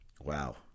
Wow